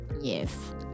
Yes